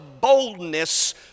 boldness